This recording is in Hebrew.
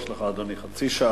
יש לך, אדוני, חצי שעה.